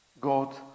God